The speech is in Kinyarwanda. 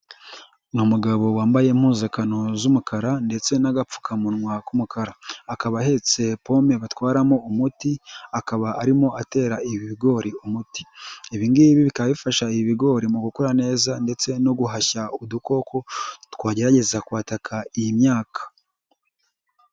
Ni umugabo wambaye impuzakano z'umukara ndetse n'agapfukamunwa k'umukara, akaba ahetse ipombo batwaramo umuti, akaba arimo atera ibigori umuti, ibi ngibi bikaba bifasha ibigori mu gukura neza ndetse no guhashya udukoko twagerageza kwataka iyi myaka.